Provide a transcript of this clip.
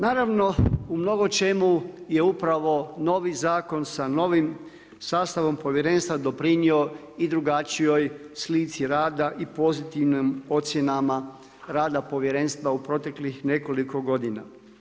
Naravno u mnogočemu je upravo novi zakon sa novim sastavom povjerenstva doprinio i drugačijoj slici rada i pozitivnim ocjenama rada povjerenstva u proteklih nekoliko godina.